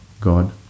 God